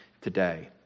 today